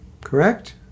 Correct